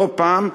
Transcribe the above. לא פעם,